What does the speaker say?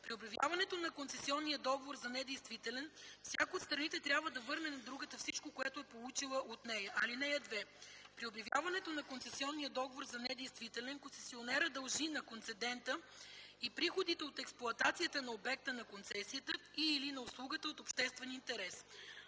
При обявяването на концесионния договор за недействителен всяка от страните трябва да върне на другата всичко, което е получила от нея. (2) При обявяването на концесионния договор за недействителен концесионерът дължи на концедента и приходите от експлоатацията на обекта на концесията и/или на услугата от обществен интерес.